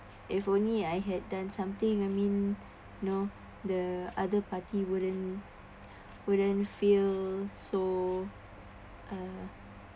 if only I had done something I mean know the other party wouldn't wouldn't feel so(uh)